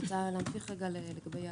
נציג את